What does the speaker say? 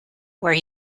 where